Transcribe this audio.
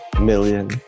million